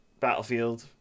Battlefield